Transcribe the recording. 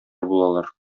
булалар